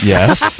Yes